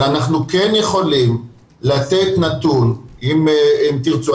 אבל אנחנו כן יכולים לתת נתון אם תרצו,